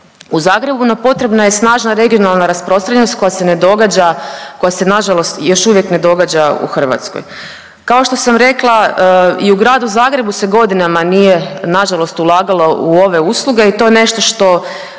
u Zagrebu, no potrebna je snažna regionalna rasprostranjenost koja se ne događa, koja se nažalost još uvijek ne događa u Hrvatskoj. Kao što sam rekla i u Gradu Zagrebu se godinama nije nažalost ulagalo u ove usluge i to je nešto što,